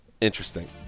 interesting